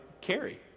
carry